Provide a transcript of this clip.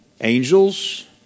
angels